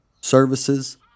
services